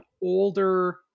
older